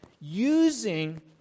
using